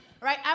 Right